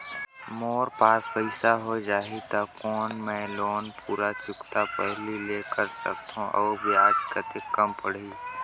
मोर पास पईसा हो जाही त कौन मैं लोन पूरा चुकता पहली ले कर सकथव अउ ब्याज कतेक कम पड़ही?